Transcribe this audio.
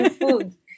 food